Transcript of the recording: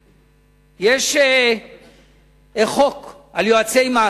יש חוק על יועצי מס,